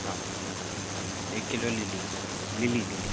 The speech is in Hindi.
हाँ एक किलो लिली लिली लिली